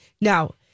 Now